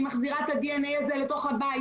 היא מחזירה את הדי-אן-אי הזה אל תוך הבית,